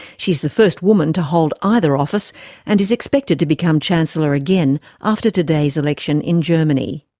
she is the first woman to hold either office and is expected to become chancellor again after today's election in germany.